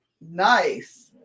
Nice